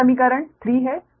यह समीकरण 3 है